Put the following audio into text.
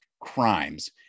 crimes